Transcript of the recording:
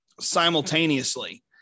simultaneously